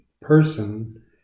person